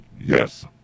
Yes